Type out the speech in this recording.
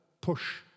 push